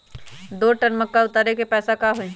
दो टन मक्का उतारे के पैसा का होई?